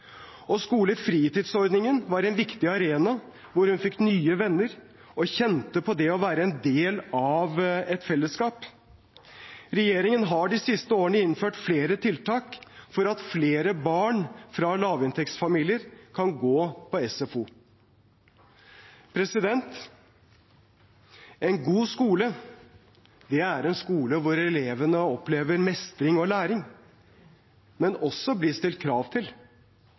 skolefritidsordningen var en viktig arena, hvor hun fikk nye venner og kjente på det å være en del av et fellesskap. Regjeringen har de siste årene innført flere tiltak for at flere barn fra lavinntektsfamilier kan gå på SFO. En god skole er en skole hvor elevene opplever mestring og læring, men også blir stilt krav til,